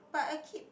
but I keep